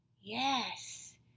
yes